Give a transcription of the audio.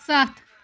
سَتھ